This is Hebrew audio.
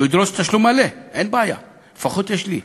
הוא ידרוש תשלום מלא, אין בעיה, לפחות יש לי.